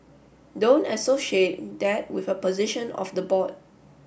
don't associate that with a position of the board